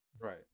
Right